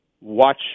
watch